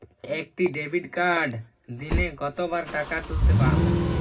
একটি ডেবিটকার্ড দিনে কতবার টাকা তুলতে পারব?